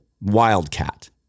Wildcat